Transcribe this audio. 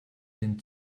den